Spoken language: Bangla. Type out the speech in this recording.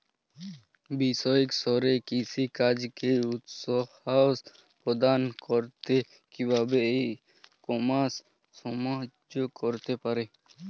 বৈষয়িক স্তরে কৃষিকাজকে উৎসাহ প্রদান করতে কিভাবে ই কমার্স সাহায্য করতে পারে?